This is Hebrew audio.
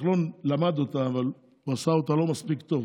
וכחלון למד אותה אבל עשה אותה לא מספיק טוב,